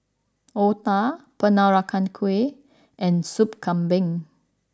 Otah Peranakan Kueh and Sup Kambing